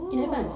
oh gosh